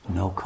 no